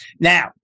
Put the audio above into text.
Now